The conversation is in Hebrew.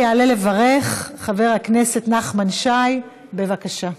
יעלה לברך חבר הכנסת נחמן שי, בבקשה.